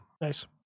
Nice